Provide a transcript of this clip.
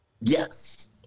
Yes